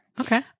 Okay